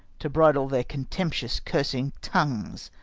to bridle their contemptuous cursing tongues,